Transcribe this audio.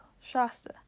Shasta